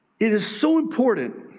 it is so important